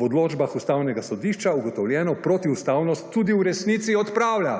v odločbah Ustavnega sodišča ugotovljeno protiustavnost tudi v resnici odpravlja.